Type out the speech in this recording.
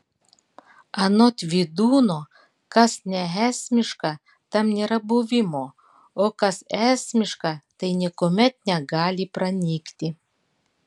anot vydūno kas neesmiška tam nėra buvimo o kas esmiška tai niekuomet negali pranykti